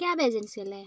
cab ഏജൻസിയല്ലേ